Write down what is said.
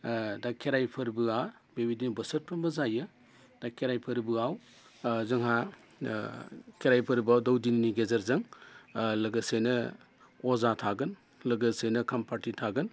दा खेराइ फोरबोआ बेबायदिनो बोसोरफ्रोमबो जायो दा खेराइ फोरबोआव जोंहा खेराइ फोरबोआव दौदिनिनि गेजेरजों लोगोसेनो अजा थागोन लोगोसेनो खामफार्टि थागोन